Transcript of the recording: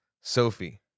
Sophie